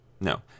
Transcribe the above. No